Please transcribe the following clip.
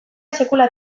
sekula